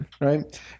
Right